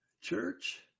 church